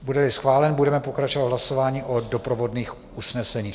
Budeli schválen, budeme pokračovat v hlasování o doprovodných usneseních.